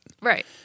Right